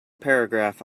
paragraph